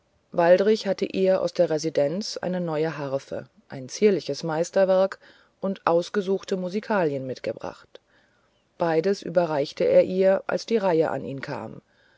waldrich hatte ihr aus der residenz eine neue harfe ein zierliches meisterwerk und ausgesuchte musikalien mitgebracht beides überreichte er ihr als die reihe an ihn kam